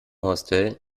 hostel